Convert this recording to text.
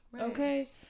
okay